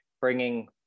bringing